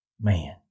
Man